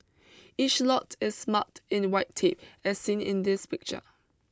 each lot is marked in white tape as seen in this picture